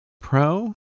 Pro